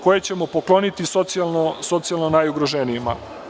koje ćemo pokloniti socijalno najugroženijima.